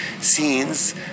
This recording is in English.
scenes